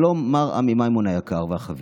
שלום מר עמי מימון היקר והחביב.